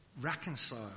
reconcile